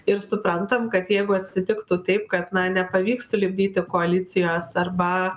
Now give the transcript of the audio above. ir suprantam kad jeigu atsitiktų taip kad nepavyks sulipdyti koalicijos arba